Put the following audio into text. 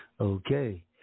Okay